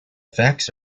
facts